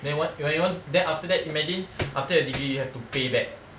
then what when you want then after that imagine after your degree you have to pay back